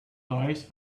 toys